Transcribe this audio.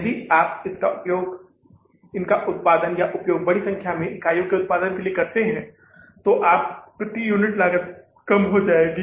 यदि आप इनका उत्पादन या उपयोग बड़ी संख्या में इकाइयों के उत्पादन के लिए करते हैं तो आपकी प्रति यूनिट लागत कम हो जाएगी